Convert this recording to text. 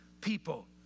people